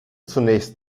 zunächst